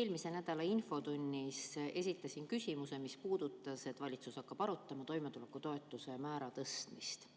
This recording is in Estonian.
Eelmise nädala infotunnis esitasin küsimuse, mis puudutas seda, et valitsus hakkab arutama toimetulekutoetuse määra tõstmist.